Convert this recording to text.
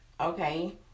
okay